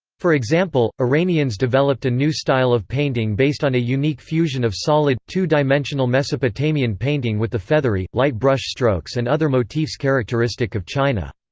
for example, iranians developed a new style of painting based on a unique fusion of solid, two-dimensional mesopotamian painting with the feathery, light brush strokes and other motifs characteristic of china.